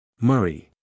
Murray